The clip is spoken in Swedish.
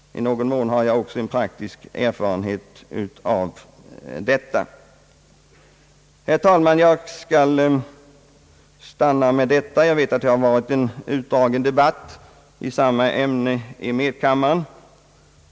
I någon mån har jag också en praktisk erfarenhet av detta. Herr talman! Jag skall stanna med detta. Jag vet att det har varit en utdragen debatt i samma ämne i medkammaren.